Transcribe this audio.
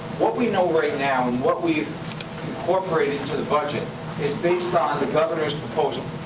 what we know right now and what we've incorporated into the budget is based on the governor's proposal.